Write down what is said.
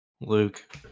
Luke